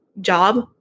job